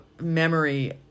memory